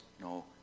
no